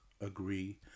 agree